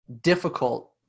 difficult